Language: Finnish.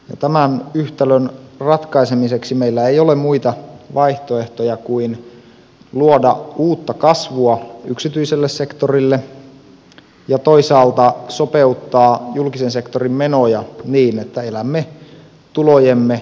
tämän yhtälön ratkaisemiseksi meillä ei ole muita vaihtoehtoja kuin luoda uutta kasvua yksityiselle sektorille ja toisaalta sopeuttaa julkisen sektorin menoja niin että elämme tulojemme mukaan